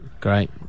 Great